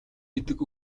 гэдэг